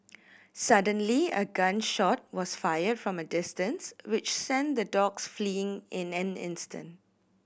suddenly a gun shot was fired from a distance which sent the dogs fleeing in an instant